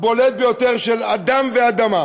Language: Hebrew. בולט ביותר של אדם ואדמה: